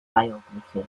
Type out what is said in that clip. biography